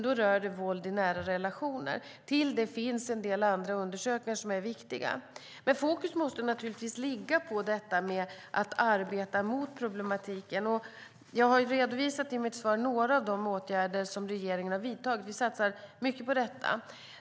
Då rör det våld i nära relationer. Till det finns en del andra viktiga undersökningar. Fokus måste naturligtvis ligga på att arbeta i riktning mot problemen. Jag redovisade i mitt svar några av de åtgärder som regeringen har vidtagit. Vi satsar mycket.